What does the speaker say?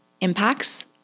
impacts